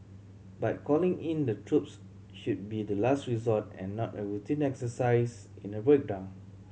but calling in the troops should be the last resort and not a routine exercise in a breakdown